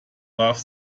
warf